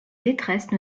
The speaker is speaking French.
détresse